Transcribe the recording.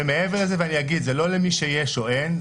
זה לא למי שיש או אין,